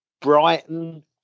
Brighton